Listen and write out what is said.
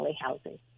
housing